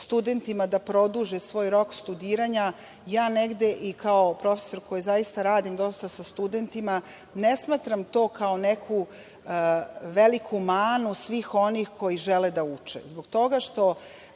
studentima da produže svoj rok studiranja, ja negde i kao profesor, koji zaista radim dosta sa studentima ne smatram to kao neku veliku manu svih onih koji žele da uče, da li